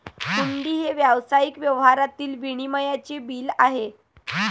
हुंडी हे व्यावसायिक व्यवहारातील विनिमयाचे बिल आहे